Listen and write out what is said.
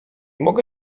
mogę